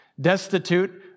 destitute